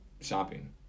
shopping